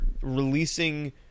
releasing